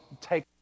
take